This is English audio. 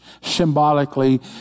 symbolically